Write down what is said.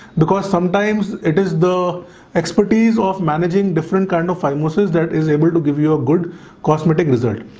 because sometimes it is the expertise of managing different kind of phimosis that is able to give you a good cosmetic mazurka,